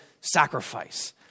sacrifice